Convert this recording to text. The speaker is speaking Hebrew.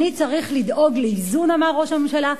אני צריך לדאוג לאיזון, אמר ראש הממשלה,